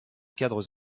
cadres